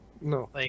No